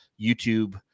YouTube